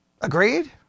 Agreed